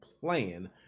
playing